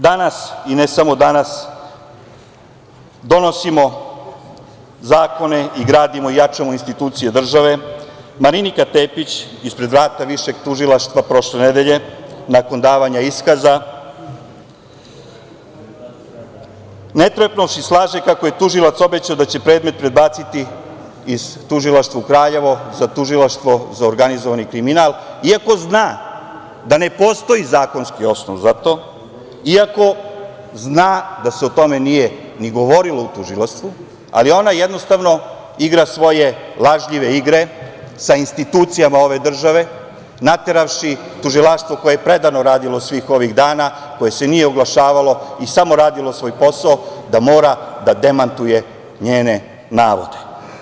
Dok mi danas, i ne samo danas, donosimo zakone i gradimo i jačamo institucije države, Marinika Tepić ispred vrata Višeg tužilaštva prošle nedelje nakon davanja iskaza, ne trepnuvši slaže kako je tužilac obećao da će predmet prebaciti iz tužilaštva u Kraljevo za tužilaštvo za organizovani kriminal, iako zna da ne postoji zakonski osnov za to, iako zna da se o tome nije ni govorilo u tužilaštvu, ali ona jednostavno igra svoje lažljive igre sa institucijama ove države, nateravši tužilaštvo koje je predano radilo svih ovih dana, koje se nije oglašavalo i samo radilo svoj posao, da mora da demantuje njene navode.